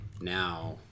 Now